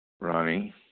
Ronnie